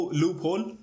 loophole